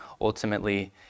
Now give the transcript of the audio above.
ultimately